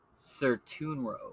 Sertunro